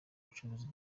bucuruzi